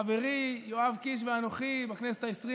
חברי יואב קיש ואנוכי בכנסת העשרים